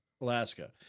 Alaska